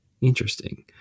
Interesting